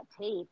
tape